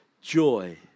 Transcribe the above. joy